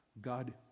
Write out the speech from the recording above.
God